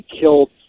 killed